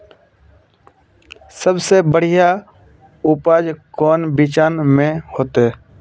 सबसे बढ़िया उपज कौन बिचन में होते?